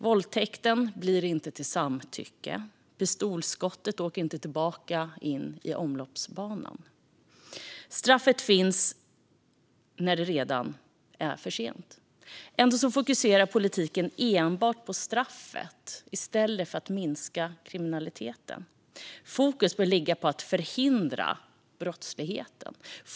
Våldtäkten blir inte till samtycke, och pistolskotten åker inte tillbaka in i loppet. Straffet finns när det redan är för sent. Ändå fokuserar politiken enbart på straffet i stället för att minska kriminaliteten. Fokus bör ligga på att förhindra brottsligheten.